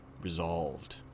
Resolved